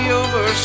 over